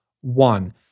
one